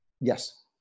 yes